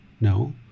No